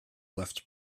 left